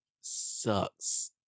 sucks